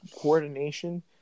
coordination